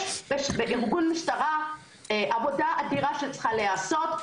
יש בארגון המשטרה עבודה אדירה שצירה להיעשות.